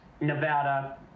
Nevada